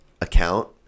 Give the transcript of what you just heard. account